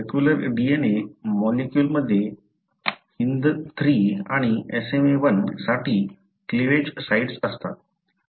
circular DNA molecule मध्ये HindIII आणि SmaI साठी क्लीवेज साइट्स असतात